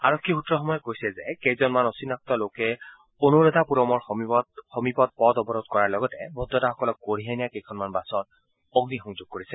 আৰক্ষী সূত্ৰসমূহে কৈছে যে কেইজনমান অচিনাক্তলোকে অনুৰাধাপুৰণৰ সমীপত পথ অৱৰোধ কৰাৰ লগতে ভোটদাতাসকলক কঢ়িয়াই নিয়া কেইখনমান বাছত অগ্নিসংযোগ কৰিছে